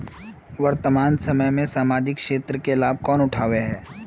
वर्तमान समय में सामाजिक क्षेत्र के लाभ कौन उठावे है?